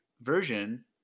version